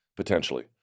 Potentially